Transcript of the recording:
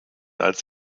als